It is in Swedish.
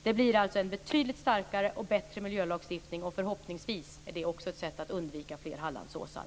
Det blir alltså en betydligt starkare och bättre miljölagstiftning, och förhoppningsvis är det också ett sätt att undvika fler Hallandsåsar.